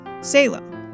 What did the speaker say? Salem